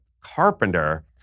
carpenter